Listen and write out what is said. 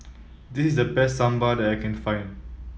this is the best Sambar that I can find